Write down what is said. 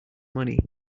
money